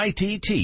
ITT